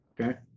Okay